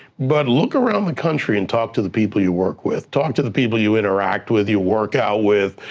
but look around the country and talk to the people you work with. talk to the people you interact with, you work out with,